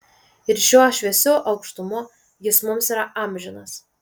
ir šiuo šviesiu aukštumu jis mums yra amžinas